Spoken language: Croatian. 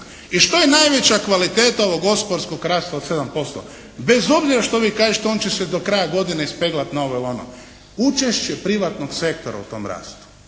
I što je najveća kvaliteta ovog gospodarskog rasta od 7%. Bez obzira što vi kažete on će se do kraja godine ispeglati na ovo ili ono. Učešće privatnog sektora u tom rastu,